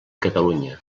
catalunya